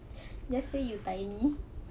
they say you're tiny